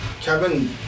Kevin